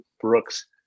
Brooks